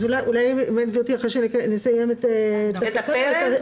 אולי אחרי שנסיים את תקנת ההגדרות.